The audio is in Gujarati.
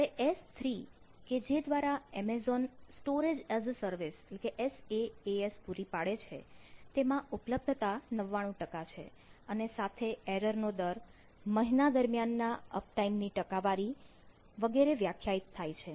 જ્યારે S3 કે જે દ્વારા Amazon storage as a service પૂરી પાડે છે તેમાં ઉપલબ્ધતા 99 છે અને સાથે એરર નો દર મહિના દરમિયાન ના uptime ની ટકાવારી વગેરે વ્યાખ્યાયિત થાય છે